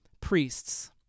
priests